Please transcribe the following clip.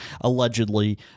Allegedly